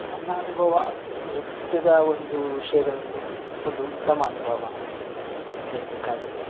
ನನ್ನ ಅನುಭವ ನೃತ್ಯದ ಒಂದು ವಿಷಯಗಳಲ್ಲಿ ಒಂದು ಉತ್ತಮ ಅನುಭವ ಹೇಳಬೇಕಾದ್ರೆ